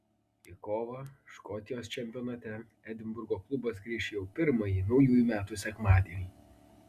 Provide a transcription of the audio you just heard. į kovą škotijos čempionate edinburgo klubas grįš jau pirmąjį naujųjų metų sekmadienį